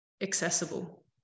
accessible